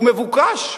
הוא מבוקש.